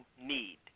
need